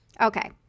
Okay